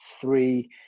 three